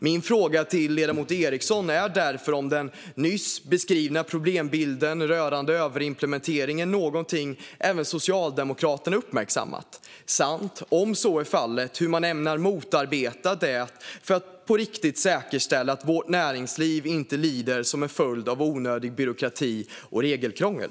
Min fråga till ledamoten Eriksson är därför om den nyss beskrivna problembilden rörande överimplementering är något även Socialdemokraterna uppmärksammat och, om så är fallet, hur man ämnar motarbeta detta för att på riktigt säkerställa att vårt näringsliv inte blir lidande till följd av onödig byråkrati och regelkrångel.